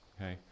okay